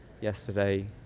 yesterday